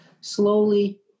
slowly